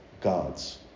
gods